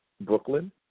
Brooklyn